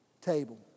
table